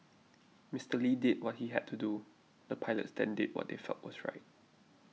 Mister Lee did what he had to do the pilots then did what they felt was right